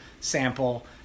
sample